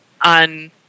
on